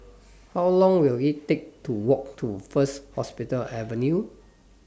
How Long Will IT Take to Walk to First Hospital Avenue